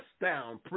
down